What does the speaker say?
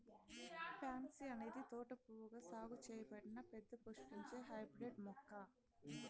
pansy అనేది తోట పువ్వుగా సాగు చేయబడిన పెద్ద పుష్పించే హైబ్రిడ్ మొక్క